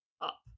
up